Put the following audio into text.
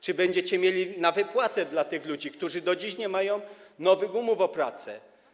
Czy będziecie mieli na wypłaty dla tych ludzi, którzy do dziś nie mają nowych umów o pracę?